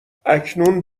اکنون